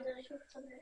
אנחנו לקראת סיום.